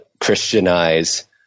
Christianize